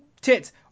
tits